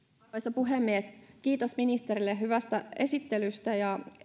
puhemies kiitos ministerille hyvästä esittelystä